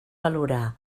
valorar